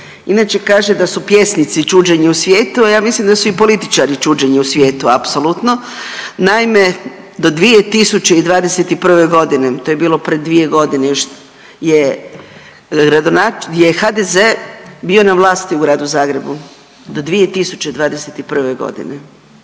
Inače kaže da su pjesnici čuđenje u svijetu, a ja mislim da su i političari čuđenje u svijetu apsolutno. Naime, do 2021.g. to je bilo pred dvije godine još je HDZ bio na vlasti u gradu Zagrebu do 2021.g.